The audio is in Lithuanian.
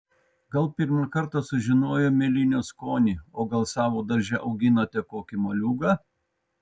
gal pirmą kartą sužinojo mėlynių skonį o gal savo darže auginate kokį moliūgą